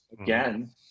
again